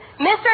Mr